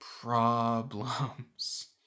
problems